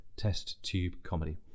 testtubecomedy